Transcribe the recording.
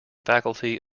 faculty